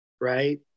Right